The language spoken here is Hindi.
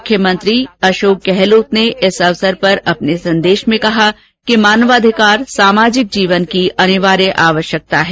मुख्यमंत्री अशोक गहलोत ने इस अवसर परअपने संदेश में कहा कि मानवाधिकार सामाजिक जीवन की अनिवार्य आवश्यकता है